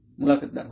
मुलाखतदार होय